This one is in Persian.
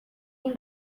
این